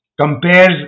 compares